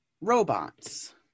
Robots